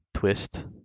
twist